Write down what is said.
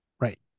Right